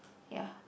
ya